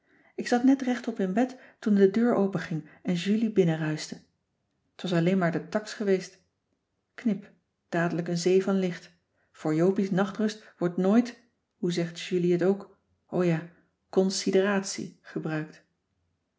ik zat net rechtop in bed toen de deur openging en julie binnenruischte t was alleen maar de tax geweest knip dadelijk een zee van licht voor jopie's nachtrust wordt nooit hoe zegt julie het ook o ja consideratie gebruikt